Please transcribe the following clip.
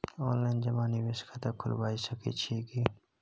Online जमा निवेश खाता खुलाबय सकै छियै की?